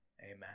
amen